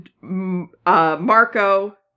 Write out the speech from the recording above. Marco